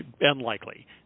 unlikely